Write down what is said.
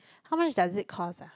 how much does it cost ah